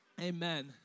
Amen